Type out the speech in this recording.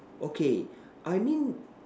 okay I mean